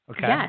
Yes